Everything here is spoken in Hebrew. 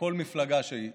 מכל מפלגה שהיא.